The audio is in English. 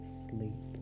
sleep